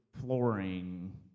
flooring